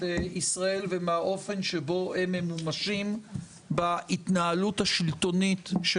ישראל ומהאופן שבו הם ממומשים בהתנהלות השלטונית של